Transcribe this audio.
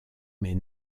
mais